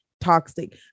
toxic